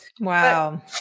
Wow